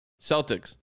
Celtics